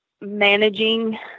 managing